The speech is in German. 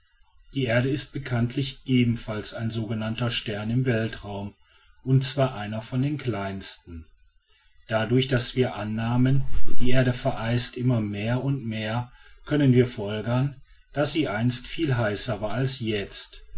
die erde ist bekanntlich ebenfalls ein sogenannter stern im weltenraum und zwar einer von den kleinsten dadurch daß wir annahmen die erde vereist sich immer mehr und mehr können wir folgern daß sie einst viel heißer war als jetzt